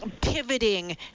pivoting